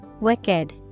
Wicked